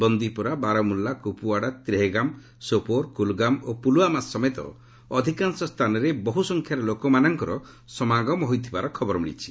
ବନ୍ଦିପୋରା ବାରମୁଲା କୁପୁୱାଡା ତ୍ରେହେଗାମ୍ ସୋପୋର୍ କୁଲଗାମ୍ ଓ ପୁଲୱାମା ସମେତ ଅଧିକାଂଶ ସ୍ଥାନରେ ବହ୍ର ସଂଖ୍ୟାରେ ଲୋକମାନଙ୍କର ସମାଗମ ହୋଇଥିବାର ଖବର ମିଳିଛି